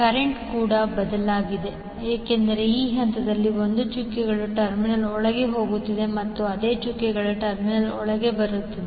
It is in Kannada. ಕರೆಂಟ್ ಕೂಡ ಬದಲಾಗಿದೆ ಏಕೆಂದರೆ ಈ ಹಂತದಲ್ಲಿ 1 ಚುಕ್ಕೆಗಳ ಟರ್ಮಿನಲ್ ಒಳಗೆ ಹೋಗುತ್ತದೆ ಮತ್ತು ಅದು ಚುಕ್ಕೆಗಳ ಟರ್ಮಿನಲ್ ಒಳಗೆ ಹೋಗುತ್ತದೆ